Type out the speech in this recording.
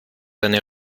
eine